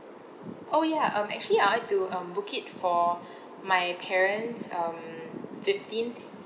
oh ya um actually I would like to um book it for my parents um fifteenth